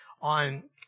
on